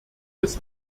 des